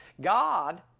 God